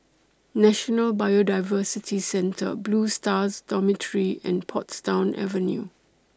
National Biodiversity Centre Blue Stars Dormitory and Portsdown Avenue